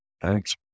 Thanks